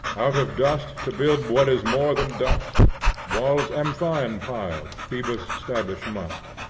out of dust to build what is more than dust walls amphion piled phoebus stablish must.